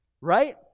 right